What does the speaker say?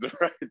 right